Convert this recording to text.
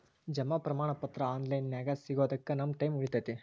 ಜಮಾ ಪ್ರಮಾಣ ಪತ್ರ ಆನ್ ಲೈನ್ ನ್ಯಾಗ ಸಿಗೊದಕ್ಕ ನಮ್ಮ ಟೈಮ್ ಉಳಿತೆತಿ